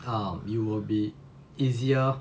um it will be easier